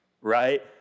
Right